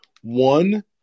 One –